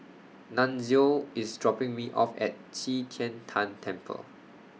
Nunzio IS dropping Me off At Qi Tian Tan Temple